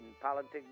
politics